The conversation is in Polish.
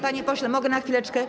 Panie pośle, mogę na chwileczkę?